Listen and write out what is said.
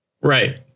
Right